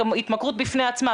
התמכרות בפני עצמה,